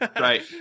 right